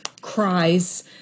cries